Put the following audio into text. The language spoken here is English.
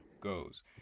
goes